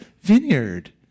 vineyard